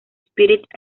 spirit